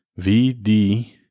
VD